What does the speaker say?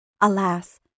alas